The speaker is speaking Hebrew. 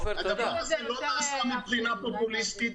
הדבר הזה לא נעשה מבחינה פופוליסטית,